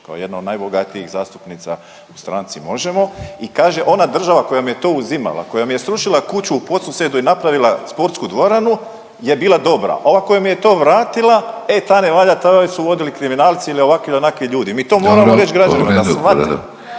kao jedna od najbogatijih zastupnica u stranci Možemo! i kaže ona država koja mi je srušila kuću u Podsusedu i napravila sportsku dvoranu je bila dobra, a ova koja mi je to vratila, e ta ne valja, to su vodili kriminalci ili ovakvi ili onakvi ljudi. Mi to … .../Upadica: Dobro.